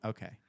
okay